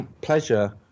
pleasure